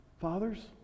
Fathers